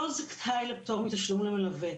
לא זכאי לפטור מתשלום למלווה.